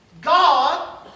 God